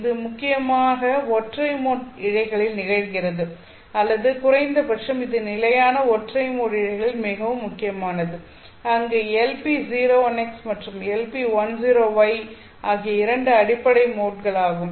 இது முக்கியமாக ஒற்றை மோட் இழைகளில் நிகழ்கிறது அல்லது குறைந்தபட்சம் இது நிலையான ஒற்றை மோட் இழைகளில் மிகவும் முக்கியமானது அங்கு LP01x மற்றும் LP10y ஆகிய இரண்டு அடிப்படை மோட்கள் ஆகும்